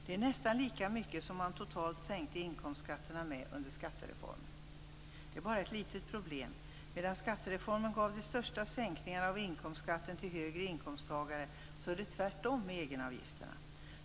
Det är nästan lika mycket som man totalt sänkte inkomstskatterna med under skattereformen. Det är bara ett litet problem. Medan skattereformen gav de största sänkningarna av inkomstskatten för höginkomsttagare är det tvärtom med egenavgifterna.